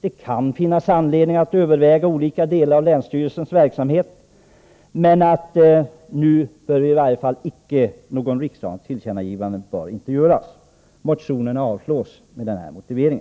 Det kan finnas anledning att överväga olika delar av länsstyrelsens verksamhet, men nu bör i varje fall inte något riksdagens tillkännagivande göras. Motionen avstyrks med denna motivering.